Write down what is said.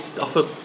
offer